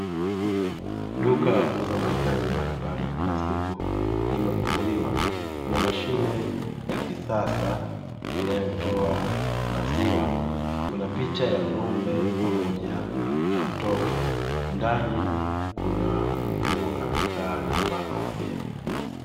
Duka la kuuza mahitaji mbalimbali ya kila siku limefunguliwa kuna mashine ya kisasa inayotoa maziwa kuna picha ya ng'ombe pamoja na mtoto ndani kuna mtu amekaa aliyevaa kofia.